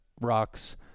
rocks